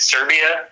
Serbia